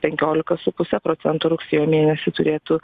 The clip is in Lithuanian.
penkiolika su puse procento rugsėjo mėnesį turėtų